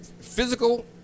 physical